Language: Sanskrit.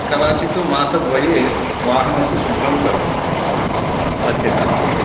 कदाचित् मासद्वये वाहनस्य शुभ्रं करोमि सत्यतः